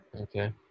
Okay